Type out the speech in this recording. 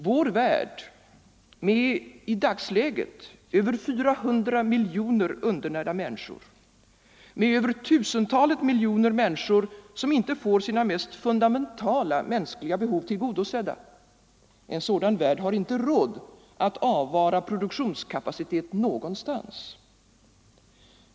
Vår värld med, i dagsläget, över 400 miljoner undernärda människor, med över tusentalet miljoner människor som inte får sina mest fundamentala mänskliga behov tillgodosedda, en sådan värld har inte råd att avvara produktionskapacitet någonstans.